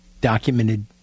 documented